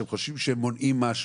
שהם חושבים שהם מונעים משהו,